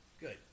Good